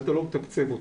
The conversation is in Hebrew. ואתה לא מתקצב אותו.